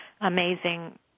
amazing